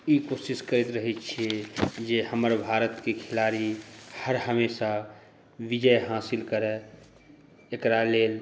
ई कोशिश करैत रहै छिए जे हमर भारतके खिलाड़ी हर हमेशा विजय हासिल करए एकरा लेल